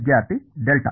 ವಿದ್ಯಾರ್ಥಿ ಡೆಲ್ಟಾ